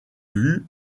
vue